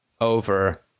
over